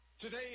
Today